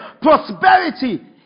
Prosperity